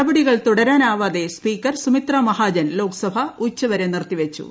നടപടികൾ തുടരാനാവാതെ സ്പീക്കർ സുമിത്രാ മഹാജൻ ലോക്സഭ ഉച്ചുവരെ നിർത്തിവച്ചു